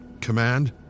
Command